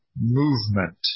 movement